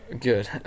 Good